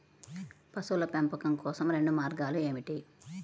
పశువుల పెంపకం కోసం రెండు మార్గాలు ఏమిటీ?